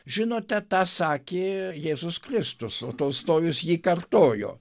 žinote tą sakė jėzus kristus o tolstojus jį kartojo